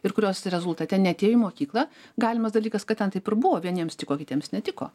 ir kurios rezultate neatėjo į mokyklą galimas dalykas kad ten taip ir buvo vieniems tiko kitiems netiko